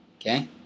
Okay